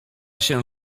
się